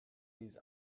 these